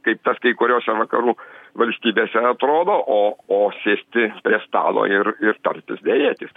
kaip tas kai kuriose vakarų valstybėse atrodo o o sėsti prie stalo ir ir tartis derėtis